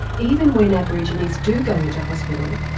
even when aborigines do go into hospital,